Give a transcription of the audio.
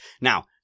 Now